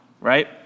right